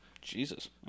Jesus